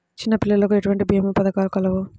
చిన్నపిల్లలకు ఎటువంటి భీమా పథకాలు కలవు?